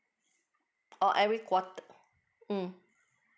oh every quarter mm